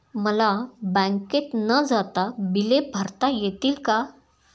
मला बँकेत न जाता बिले भरता येतील का?